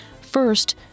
First